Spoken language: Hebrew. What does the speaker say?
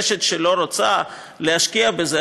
רשת שלא רוצה להשקיע בזה,